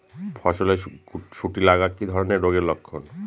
ফসলে শুটি লাগা কি ধরনের রোগের লক্ষণ?